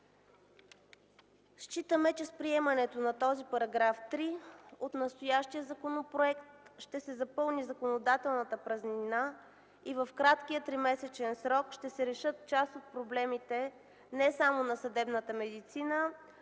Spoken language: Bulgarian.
Смятаме, че с приемането на § 3 от настоящия законопроект ще се запълни законодателната празнина и в краткия тримесечен срок ще се решат част от проблемите не само на съдебната медицина,